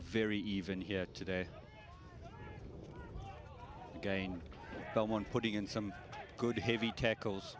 very even here today again someone putting in some good heavy tackles